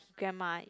grandma